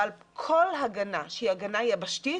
כל הגנה שהיא הגנה יבשתית,